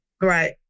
Right